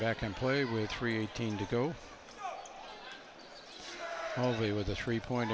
back and play with three eighteen to go away with a three point